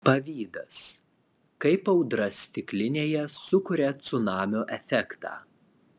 pavydas kaip audra stiklinėje sukuria cunamio efektą